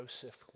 Joseph